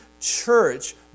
church